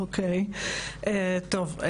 אוקיי, טוב.